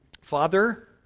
Father